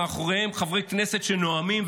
מאחוריהם חברי כנסת שנואמים,